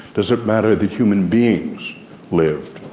does it matter that human beings lived?